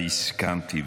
הסכמתי,